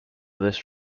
this